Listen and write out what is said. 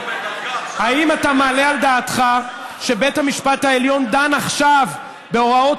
האם אתה מעלה על דעתך שבית המשפט העליון דן עכשיו בהוראות